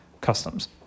customs